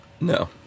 No